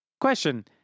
Question